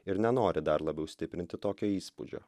ir nenori dar labiau stiprinti tokio įspūdžio